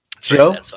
Joe